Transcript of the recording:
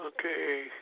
Okay